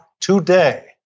today